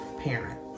parent